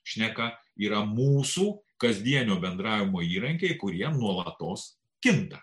šneka yra mūsų kasdienio bendravimo įrankiai kurie nuolatos kinta